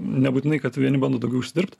nebūtinai kad vieni bando daugiau užsidirbt